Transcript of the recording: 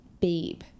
babe